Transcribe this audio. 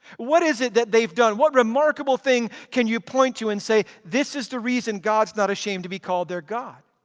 what is it that they've done? what remarkable thing can you point to and say this is the reason god's not ashamed to be called their god?